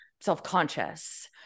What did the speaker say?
self-conscious